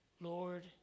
Lord